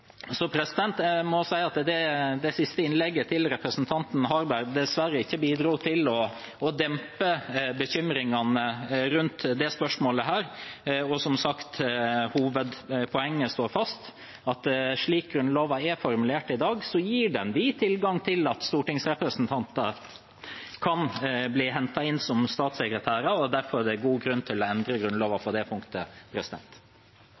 Det siste innlegget fra representanten Harberg bidro dessverre ikke til å dempe bekymringene rundt dette spørsmålet. Hovedpoenget står som sagt fast: Slik Grunnloven er formulert i dag, gir den vid tilgang til at stortingsrepresentanter kan bli hentet inn som statssekretærer. Derfor er det god grunn til å endre